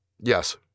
Yes